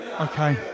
Okay